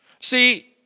See